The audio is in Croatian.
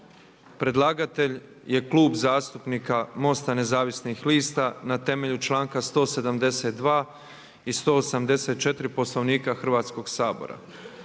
Predlagatelj je Klub zastupnika MOST-a nezavisnih lista na temelju članka 172. i 184. Poslovnika Hrvatskog sabora.